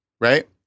Right